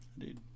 Indeed